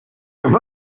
there